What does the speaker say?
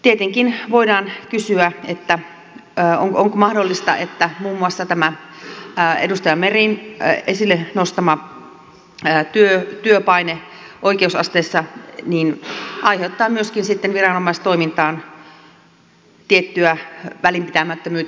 tietenkin voidaan kysyä onko mahdollista että muun muassa edustaja meren esille nostama työpaine oikeusasteissa aiheuttaa myöskin sitten viranomaistoimintaan tiettyä välinpitämättömyyttä